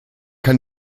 kann